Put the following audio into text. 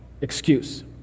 excuse